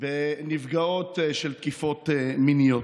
בנפגעות של תקיפות מיניות,